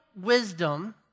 wisdom